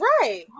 right